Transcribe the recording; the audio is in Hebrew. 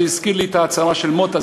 זה הזכיר לי את ההצהרה של מוטה,